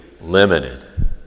limited